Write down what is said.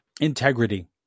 integrity